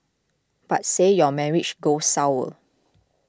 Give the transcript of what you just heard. but say your marriage goes sour